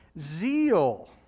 zeal